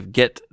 get